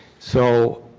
so